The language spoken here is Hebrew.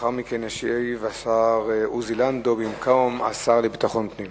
לאחר מכן ישיב השר עוזי לנדאו במקום השר לביטחון פנים.